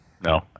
No